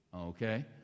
okay